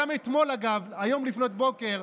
וגם אתמול, אגב, היום לפנות בוקר,